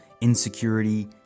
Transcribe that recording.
insecurity